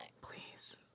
Please